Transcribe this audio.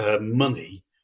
money